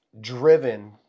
driven